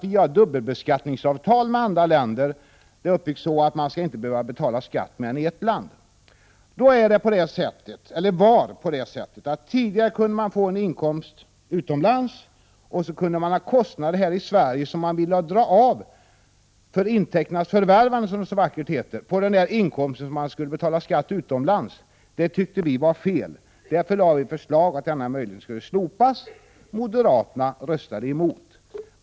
Vi har dubbelbeskattningsavtal med andra länder. De är uppbyggda så att man inte skall behöva betala skatt i mer än ett land. Det var tidigare så att man kunde ha en inkomst utomlands och ha kostnader här i Sverige som man ville dra av för intäkternas förvärvande beträffande den inkomst som man skulle betala skatt för utomlands. Det tyckte vi var fel, och därför lade vi fram ett förslag om att denna möjlighet skulle slopas. Moderaterna röstade emot.